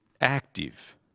active